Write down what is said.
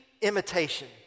imitation